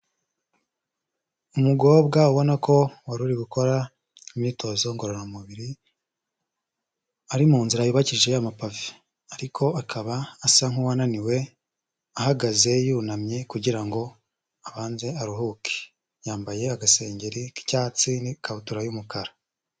Umukobwa ubona ko waruri gukora imyitozo ngororamubiri, ari mu nzira yubakishije amapave ariko akaba asa nkuwananiwe, ahagaze yunamye kugira ngo abanze aruhuke, yambaye agasengeri k'icyatsi n'ikabutura y'umukara.